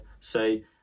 say